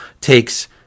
takes